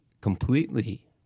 completely